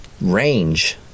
range